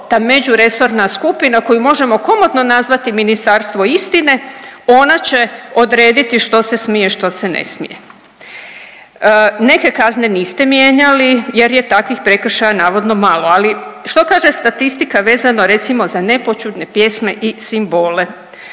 ta međuresorna skupina koju možemo komotno nazvati ministarstvo istine, ona će odrediti što se smije, što se ne smije. Neke kazne niste mijenjali jer je takvih prekršaja navodno malo, ali što kaže statistika vezano recimo za nepoćudne pjesme i simbole.